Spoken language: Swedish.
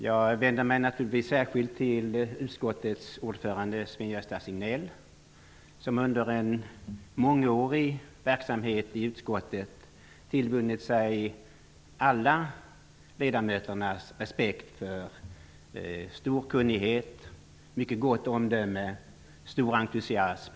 Jag vänder mig naturligtvis särskilt till utskottets ordförande Sven-Gösta Signell, som under en mångårig verksamhet i utskottet tillvunnit sig alla ledamöternas respekt för stor kunnighet, ett mycket gott omdöme och stor entusiasm.